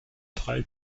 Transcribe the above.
drei